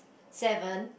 seven